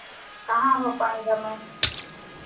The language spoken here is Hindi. कहाँ हो पाएगा मैम